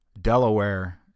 Delaware